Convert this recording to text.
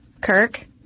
Kirk